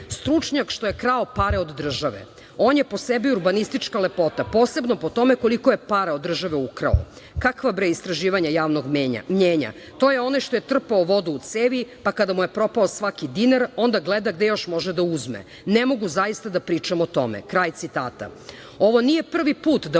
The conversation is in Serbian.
nije prvi put da